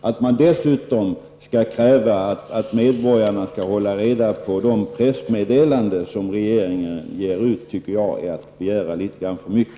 Att dessutom kräva att medborgarna skall hålla reda på regeringens pressmeddelanden anser jag vara att begära litet för mycket.